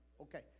Okay